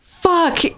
fuck